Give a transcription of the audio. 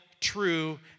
true